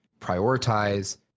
prioritize